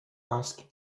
ask